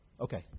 Okay